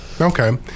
Okay